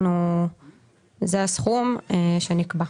זה הסכום שנקבע.